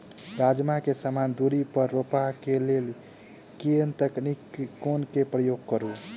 राजमा केँ समान दूरी पर रोपा केँ लेल केँ तकनीक केँ प्रयोग करू?